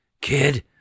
kid